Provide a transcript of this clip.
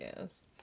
yes